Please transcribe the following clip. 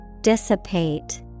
Dissipate